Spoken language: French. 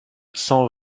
cent